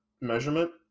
measurement